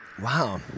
Wow